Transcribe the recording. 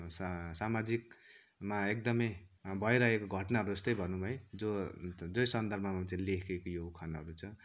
सा सामाजिकमा एकदमै भइरहेको घटनाहरू जस्तै भन्नौँ है जो जो सन्दर्भमा चाहिँ लेखेको यो उखानहरू छ